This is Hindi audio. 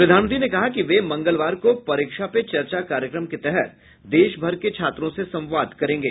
प्रधानमंत्री ने कहा कि वे मंगलवार को परीक्षा पे चर्चा कार्यक्रम के तहत देश भर के छात्रों से संवाद करेंगे